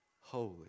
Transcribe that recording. holy